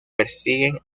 persiguen